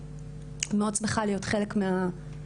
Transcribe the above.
אני מאוד שמחה להיות חלק מהנשים